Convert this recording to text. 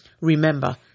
Remember